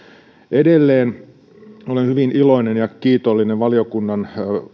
edelleen olen hyvin iloinen ja kiitollinen valiokunnan